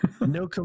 No